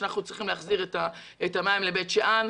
לפיו אנחנו צריכים להחזיר את המים לבית שאן,